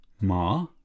ma